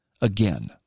again